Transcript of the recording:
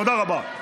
תודה רבה.